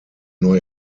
neu